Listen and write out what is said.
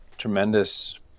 tremendous